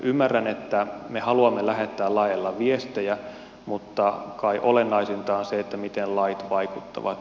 ymmärrän että me haluamme lähettää laeilla viestejä mutta kai olennaisinta on se miten lait vaikuttavat